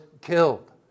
killed